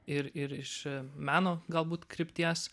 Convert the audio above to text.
ir ir iš meno galbūt krypties